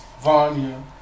Vanya